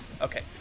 Okay